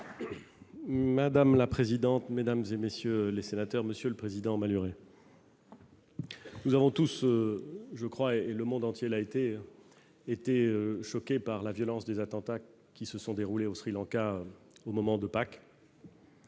Madame la présidente, mesdames et messieurs les sénateurs, Monsieur le Président malgré. Nous avons tous je crois et le monde entier, elle a été été choqués par la violence des attentats qui se sont déroulés au Sri Lanka, au moment de Pâques.